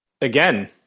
again